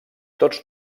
tots